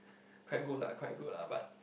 quite good lah quite good lah but